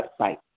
website